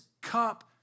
cup